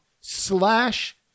slash